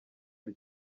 rye